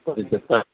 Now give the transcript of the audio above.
కొద్దిగ చెప్తా